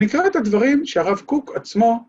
‫נקרא את הדברים שהרב קוק עצמו...